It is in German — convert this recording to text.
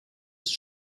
ist